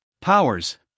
powers